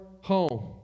home